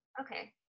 okay